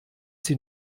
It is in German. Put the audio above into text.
sie